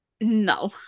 no